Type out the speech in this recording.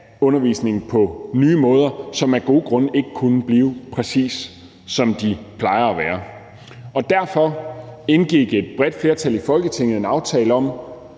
undervisning på nye måder, som af gode grunde ikke kunne blive præcis, som de plejer at være. Og derfor indgik et bredt flertal i Folketinget en aftale om